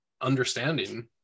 understanding